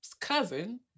cousin